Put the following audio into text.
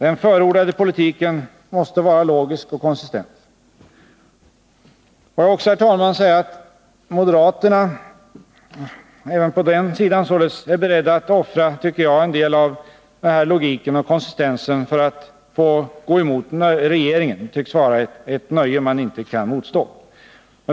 Den förordade politiken måste vara logisk och konsistent. Också moderaterna är beredda att offra logik och konsistens för nöjet att få gå emot regeringen. Det tycks vara en frestelse man inte kan motstå.